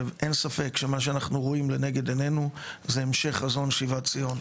ואין ספק שמה שאנחנו רואים לנגד עינינו זה המשך חזון שיבת ציון.